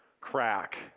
crack